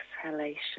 exhalation